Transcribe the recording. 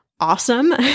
awesome